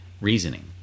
reasoning